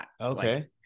okay